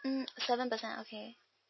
mm seven percent okay